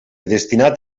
destinat